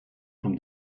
from